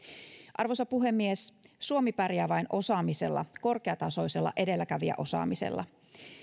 arvoisa puhemies suomi pärjää vain osaamisella korkeatasoisella edelläkävijäosaamisella